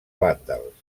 vàndals